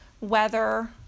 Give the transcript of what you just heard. weather